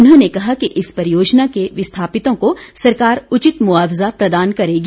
उन्होंने कहा कि इस परियोजना के विस्थापितों को सरकार उचित मुआवज़ा प्रदान करेगी